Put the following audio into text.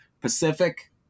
Pacific